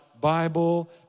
Bible